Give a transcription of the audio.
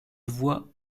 vois